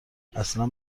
اصلن